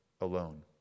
alone